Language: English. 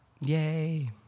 Yay